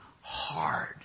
hard